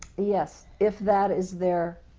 yes, if that is their